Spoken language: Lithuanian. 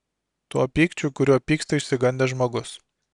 tuo pykčiu kuriuo pyksta išsigandęs žmogus